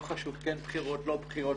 לא חשוב אם כן בחירות או לא בחירות,